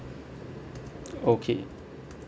okay